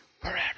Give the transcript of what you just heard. forever